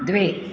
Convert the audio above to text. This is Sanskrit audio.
द्वे